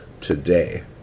today